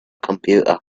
computer